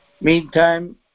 meantime